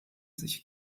sich